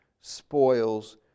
spoils